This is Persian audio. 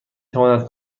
تواند